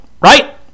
right